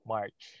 March